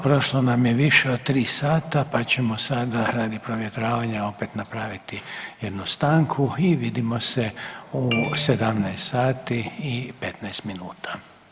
Prošlo nam je više od 3 sata pa ćemo sada radi provjetravanja opet napraviti jednu stanku i vidimo se u 17 sati i 15 minuta.